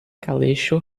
kaleŝo